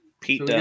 Pete